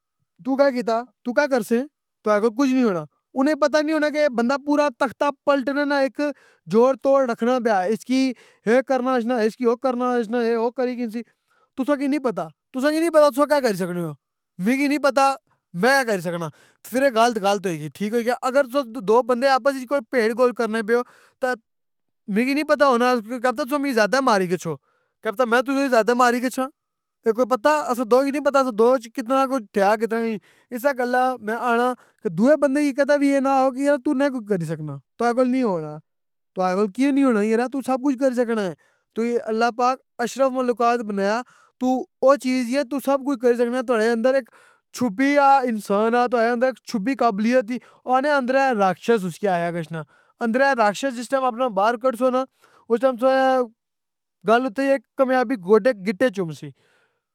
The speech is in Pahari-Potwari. تو کہ کیتا، تو کہ کرسیں؟ تواڑے کول کج نی ہونا۔ انہیں پتا نہیں ہونا کہ بندہ پورا تختہ پلٹنے نہ ایک جوڑ توڑ رکھنا پیا۔ اس کی اے کرنا اچھنا اس کی او کرنا اچھنا۔ اے او کرنی گھنسی۔ توساں کی نیں پتہ۔ توساں کی نیں پتہ توساں کہ کری سکنے او۔ مکی نیں پتہ میں کہ کری سکناں۔ فر اے غلط غلط ہوئگئی۔ ٹھیک ہو گیا۔ اگر تُساں دو بندے آپس اچ کوئی پھیڑ گول کرنے پے او تہ میکی نیں پتہ ہونا کیا پتہ زیادہ ماری گچھو۔ کیا پتہ میں تساں کی زیادہ ماری گچھاں۔ اے کوئی پتہ؟ اساں دوئ کی نیں پتہ۔ اساں دووے اچ کتنا کوئی تھیا کتنا نیں۔ اسے گلّے میں آنا کہ دوئے بندے کی کدے وی اے نہ آہو کہ یار تو نے کج کری سکناں۔ تواڑے کول نیں ہونا۔ تواڑے کول کیاں نیں ہونا یرا تو سب کج کری سکنیں۔ تکی اللہ پاک اشرف ال مخلوقات بنایا۔ تو او چیز یے تو سب کج کری سکناں تاڑے اندر ایک چھپی آ انسان آ۔ تاڑے اندر ایک چھپی ہوئی قابلیت دی۔ او آہنے اندرے ایک راکشس اس کی آخیا کشنا۔ اندرے نہ راکشس جس ٹیم اپنا باہر کڈسو ناں، اس ٹیم گل تھئ اے کامیابی گوڈے گٹے چمسی.